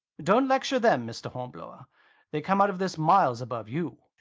don't lecture them, mr. hornblower they come out of this miles above you.